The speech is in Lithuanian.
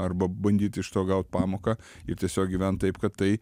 arba bandyt iš to gaut pamoką ir tiesiog gyvent taip kad tai